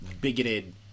bigoted